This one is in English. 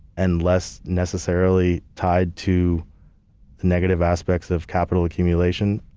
and less necessarily tied to the negative aspects of capital accumulation,